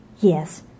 Yes